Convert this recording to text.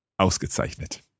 Ausgezeichnet